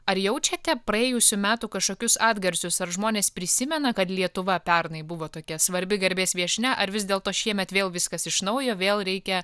ar jaučiate praėjusių metų kažkokius atgarsius ar žmonės prisimena kad lietuva pernai buvo tokia svarbi garbės viešnia ar vis dėlto šiemet vėl viskas iš naujo vėl reikia